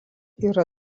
yra